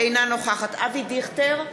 אינה נוכחת אברהם דיכטר,